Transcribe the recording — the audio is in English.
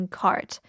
cart